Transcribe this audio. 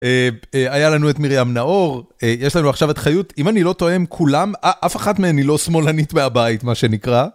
היה לנו את מרים נאור, יש לנו עכשיו את חיות, אם אני לא טועה הם כולם, אף אחת מהן היא לא שמאלנית מהבית מה שנקרא.